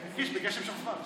קיש ביקש למשוך זמן.